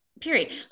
period